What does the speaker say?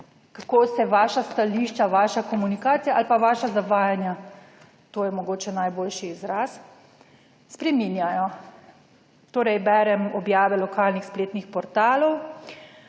kako se vaša stališča, vaša komunikacija ali pa vaša zavajanja, to je mogoče najboljši izraz, spreminjajo. Torej, berem objave lokalnih spletnih portalov,